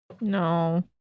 no